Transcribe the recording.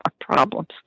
problems